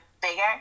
bigger